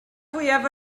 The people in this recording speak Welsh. fwyaf